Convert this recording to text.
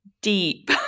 deep